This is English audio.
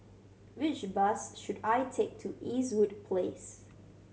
which bus should I take to Eastwood Place